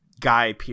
guy